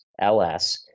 L-S